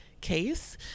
case